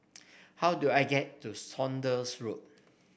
how do I get to Saunders Road